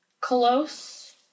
Close